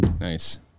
Nice